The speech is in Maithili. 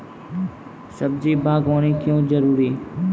सब्जी बागवानी क्यो जरूरी?